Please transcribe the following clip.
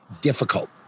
difficult